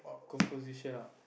composition ah